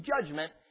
judgment